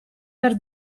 per